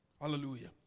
Hallelujah